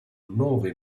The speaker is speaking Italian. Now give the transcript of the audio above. nove